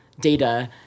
data